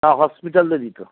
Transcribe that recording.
হ্যাঁ হসপিটালে দিতো